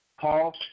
Paul